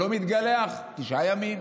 אני לא מתגלח תשעה ימים,